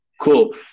cool